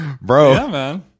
bro